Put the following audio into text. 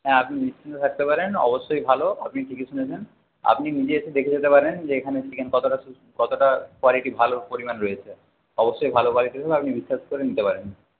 হ্যাঁ আপনি নিশ্চিন্ত থাকতে পারেন অবশ্যই ভালো আপনি ঠিকই শুনেছেন আপনি নিজে এসে দেখে যেতে পারেন যে এখানে চিকেন কতটা কতটা কোয়ালিটি ভালো পরিমাণ রয়েছে অবশ্যই ভালো কোয়ালিটি দেব আপনি বিশ্বাস করে নিতে পারেন